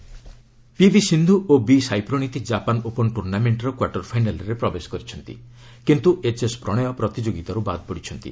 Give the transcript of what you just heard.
Japan Open PV Sindhu ଓ B Sai Praneeth Japan Open ଟୁର୍ଷ୍ଣାମେଣ୍ଟର quarter ଫାଇନାଲ୍ରେ ପ୍ରବେଶ କରିଛନ୍ତି କିନ୍ତୁ ଏଚ୍ଏସ୍ ପ୍ରଣୟ ପ୍ରତିଯୋଗୀତାରୁ ବାଦ୍ ପଡ଼ିଛନ୍ତି